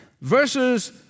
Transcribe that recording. Verses